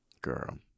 Girl